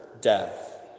death